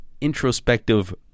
introspective